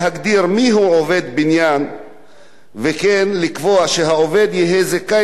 וכן לקבוע שהעובד יהיה זכאי להטבה שמוענקת לו בפרישה